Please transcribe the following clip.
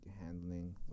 handling